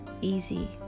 easy